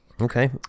Okay